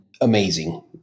amazing